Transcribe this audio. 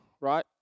right